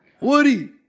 Woody